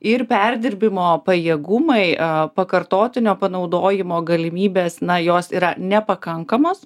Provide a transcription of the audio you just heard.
ir perdirbimo pajėgumai pakartotinio panaudojimo galimybės na jos yra nepakankamos